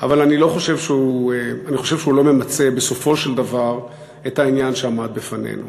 אבל אני חושב שהוא לא ממצה בסופו של דבר את העניין שעמד בפנינו